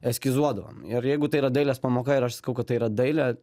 eskizuodavom ir jeigu tai yra dailės pamoka ir aš sakau kad tai yra dailė